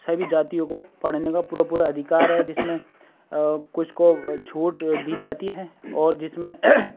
سبھی جاتیوں کو پڑھنے کا پورا پورا ادھیکار ہے جس میں کچھ کو چھوٹ دی جاتی ہے اور جس میں